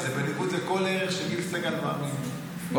זה בניגוד לכל ערך שגיל סגל מאמין בו.